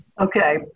okay